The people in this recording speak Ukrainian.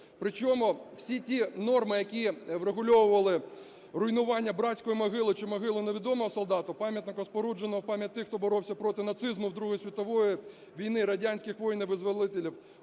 Причому всі ті норми, які врегульовували руйнування братської могили чи могили Невідомого солдата, пам'ятника, спорудженого в пам'ять тих, хто боровся проти нацизму у Другій світовій війни, радянських воїнів-визволителів,